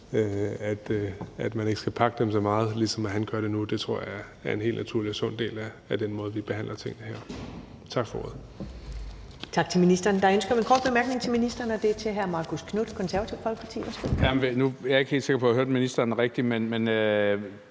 at man ikke skal pakke dem så meget, ligesom han gør det nu, og det tror jeg er en helt naturlig og sund del af den måde, vi behandler tingene på her. Tak for ordet.